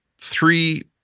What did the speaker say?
three